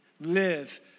live